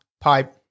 pipe